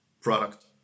Product